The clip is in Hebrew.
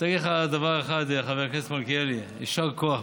יישר כוח.